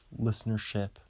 listenership